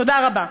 תודה רבה.